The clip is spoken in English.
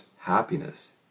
happiness